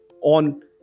on